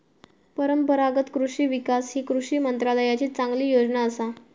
परंपरागत कृषि विकास ही कृषी मंत्रालयाची चांगली योजना असा